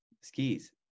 skis